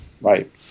right